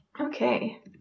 Okay